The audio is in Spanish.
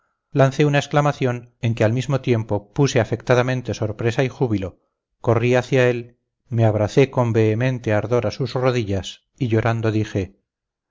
lancé una exclamación en que al mismo tiempo puse afectadamente sorpresa y júbilo corrí hacia él me abracé con vehemente ardor a sus rodillas y llorando dije